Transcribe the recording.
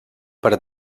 per